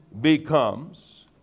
becomes